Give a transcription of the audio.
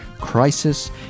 crisis